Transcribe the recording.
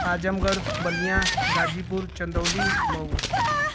Azamgarh Ballia Ghazipur Chandauli Mau